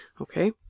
Okay